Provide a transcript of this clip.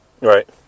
Right